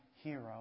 hero